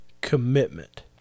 commitment